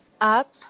up